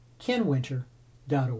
kenwinter.org